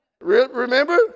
Remember